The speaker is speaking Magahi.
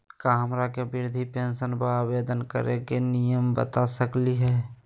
का हमरा के वृद्धा पेंसन ल आवेदन करे के नियम बता सकली हई?